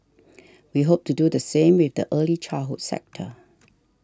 we hope to do the same with the early childhood sector